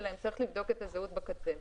צריך לבדוק את הזהות בקצה.